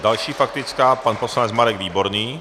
Další faktická pan poslanec Marek Výborný.